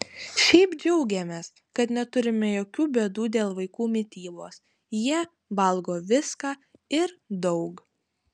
šiaip džiaugiamės kad neturime jokių bėdų dėl vaikų mitybos jie valgo viską ir daug